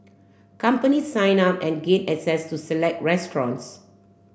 companies sign up and gain access to select restaurants